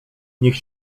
niech